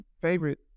favorite